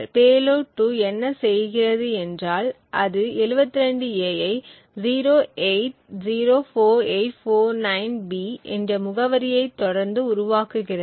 payload 2 என்ன செய்கிறது என்றால் அது 72 A ஐ 0804849B என்ற முகவரியை தொடர்ந்து உருவாக்குகிறது